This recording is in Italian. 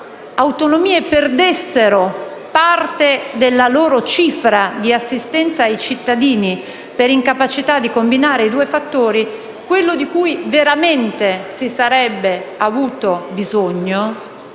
queste perdessero parte della loro cifra di assistenza ai cittadini per l'incapacità di combinare i due fattori, ciò di cui veramente si sarebbe avvertita